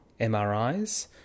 MRIs